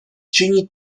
činí